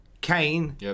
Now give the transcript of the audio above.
Kane